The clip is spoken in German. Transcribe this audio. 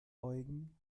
eugen